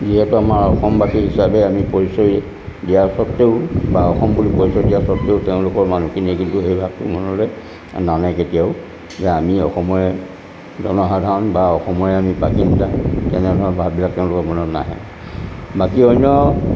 যিহেতু আমাৰ অসমবাসী হিচাপে আমি পৰিচয় দিয়াৰ সত্ত্বেও বা অসম বুলি পৰিচয় দিয়া সত্ত্বেও তেওঁলোকৰ মানুহখিনিয়ে কিন্তু সেই ভাৱটো মনলৈ নানে কেতিয়াও যে আমি অসমৰে জনসাধাৰণ বা অসমৰে আমি তেনেধৰণৰ ভাৱবিলাক তেওঁলোকৰ মনত নাহে বাকী অন্য